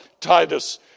Titus